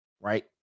right